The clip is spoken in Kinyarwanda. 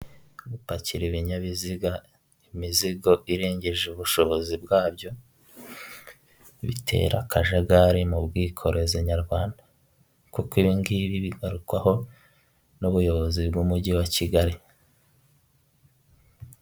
Gupakira ibinyabiziga imizigo irengeje ubushobozi bwabyo bitera akajagari mu bwikorezi nyarwanda, kuko ibi ngibi bigarukwaho n'ubuyobozi bw'umujyi wa Kigali.